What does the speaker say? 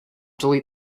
delete